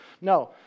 No